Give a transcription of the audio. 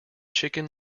chicken